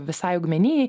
visai augmenijai